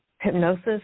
hypnosis